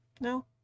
No